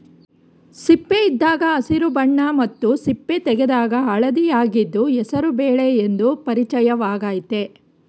ಸಿಪ್ಪೆಯಿದ್ದಾಗ ಹಸಿರು ಬಣ್ಣ ಮತ್ತು ಸಿಪ್ಪೆ ತೆಗೆದಾಗ ಹಳದಿಯಾಗಿದ್ದು ಹೆಸರು ಬೇಳೆ ಎಂದು ಪರಿಚಿತವಾಗಯ್ತೆ